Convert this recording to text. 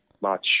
March